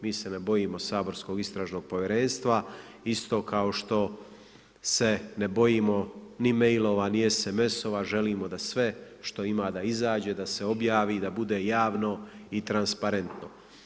Mi se ne bojimo saborskog istražnog povjerenstva isto kao što se ne bojimo ni mailova ni SMS-ova, želimo da sve što ima da izađe, da se objavi, da bude javno i transparentno.